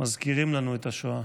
מזכירים לנו את השואה.